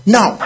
Now